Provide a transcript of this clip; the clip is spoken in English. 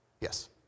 Yes